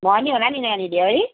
भन्यो होला नि नानीले है